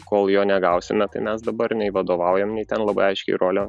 kol jo negausime tai mes dabar nei vadovaujam nei ten labai aiškiai rolių